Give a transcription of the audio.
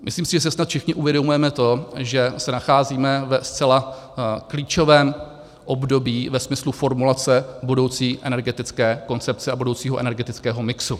Myslím si, že si snad všichni uvědomujeme to, že se nacházíme ve zcela klíčovém období ve smyslu formulace budoucí energetické koncepce a budoucího energetického mixu.